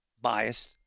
Biased